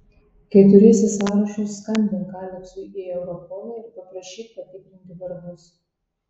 kai turėsi sąrašus skambink aleksui į europolą ir paprašyk patikrinti vardus